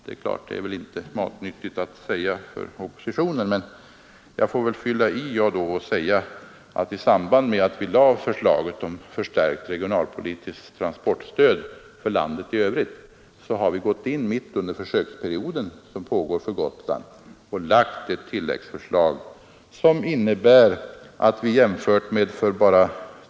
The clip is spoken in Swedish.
Det är klart att det inte är matnyttigt för oppositionen att säga det, men jag får väl fylla i och anföra att vi, i samband med att vi lade fram förslaget om förstärkt regionalpolitiskt transportstöd för landet i övrigt, mitt under pågående försöksperiod för Gotland har gått in med ett tilläggsförslag.